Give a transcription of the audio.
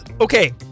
Okay